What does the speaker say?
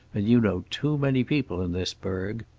and you know too many people in this burg.